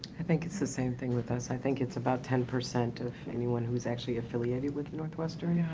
i think it's the same thing with us, i think it's about ten percent of anyone who's actually affiliated with northwestern. yeah